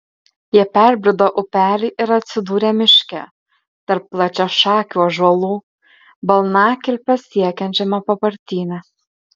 jie perbrido upelį ir atsidūrė miške tarp plačiašakių ąžuolų balnakilpes siekiančiame papartyne